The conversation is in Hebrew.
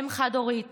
אם חד-הורית